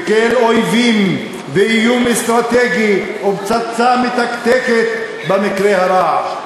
וכאל אויבים ואיום אסטרטגי ופצצה מתקתקת במקרה הרע.